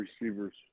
receivers